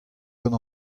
gant